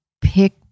pick